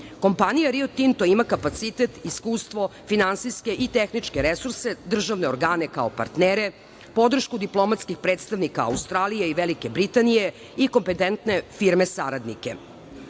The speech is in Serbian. projekta. Kompanija „Rio Tinto“ ima kapacitet, iskustvu, finansijske i tehničke resurse, državne organe kao partnere, podršku diplomatskih predstavnik Australije i Velike Britanije i kompetentne firme saradnike,